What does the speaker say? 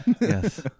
Yes